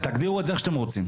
תגדירו את זה איך שאתם רוצים.